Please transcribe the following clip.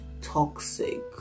toxic